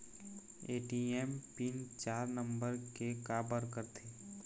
ATM PIN चार number के काबर करथे?